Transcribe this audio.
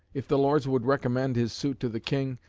if the lords would recommend his suit to the king,